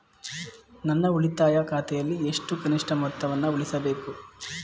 ನನ್ನ ಉಳಿತಾಯ ಖಾತೆಯಲ್ಲಿ ಎಷ್ಟು ಕನಿಷ್ಠ ಮೊತ್ತವನ್ನು ಉಳಿಸಬೇಕು?